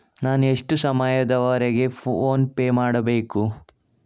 ನಾನು ಎಷ್ಟು ಸಮಯದವರೆಗೆ ಲೋನ್ ಪೇ ಮಾಡಬೇಕು?